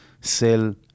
sell